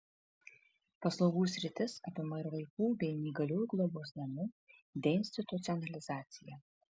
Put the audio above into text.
paslaugų sritis apima ir vaikų bei neįgaliųjų globos namų deinstitucionalizaciją